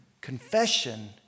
Confession